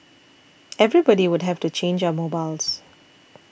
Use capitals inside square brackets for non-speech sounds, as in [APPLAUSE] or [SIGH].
[NOISE] everybody would have to change our mobiles